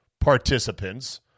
participants